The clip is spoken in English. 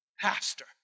pastor